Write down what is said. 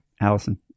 Allison